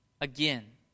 again